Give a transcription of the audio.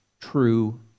true